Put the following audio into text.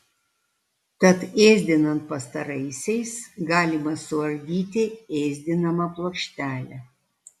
tad ėsdinant pastaraisiais galima suardyti ėsdinamą plokštelę